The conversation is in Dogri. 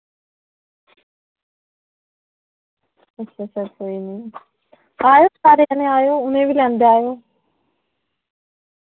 अच्छा अच्छा कोई नी आयो सारे जने आयो उ'नें बी लैंदे आयो